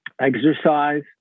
exercise